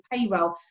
payroll